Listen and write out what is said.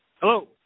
Hello